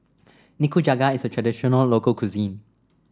Nikujaga is a traditional local cuisine